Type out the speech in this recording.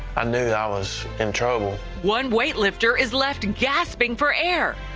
i knew i was in trouble. one weightlifter is left gasping for air.